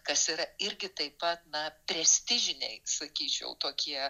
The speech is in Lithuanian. kas yra irgi taip pat na prestižiniai sakyčiau tokie